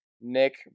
Nick